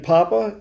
Papa